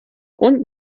und